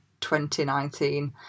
2019